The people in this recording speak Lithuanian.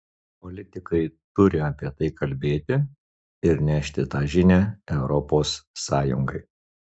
politikai turi apie tai kalbėti ir nešti tą žinią europos sąjungai